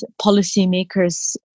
policymakers